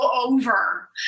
over